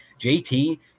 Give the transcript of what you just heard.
JT